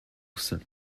saint